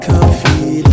Coffee